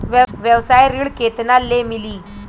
व्यवसाय ऋण केतना ले मिली?